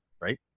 right